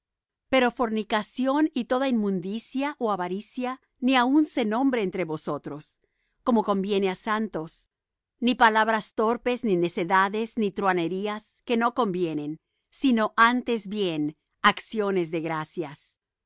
pero fornicación y toda inmundicia ó avaricia ni aun se nombre entre vosotros como conviene á santos ni palabras torpes ni necedades ni truhanerías que no convienen sino antes bien acciones de gracias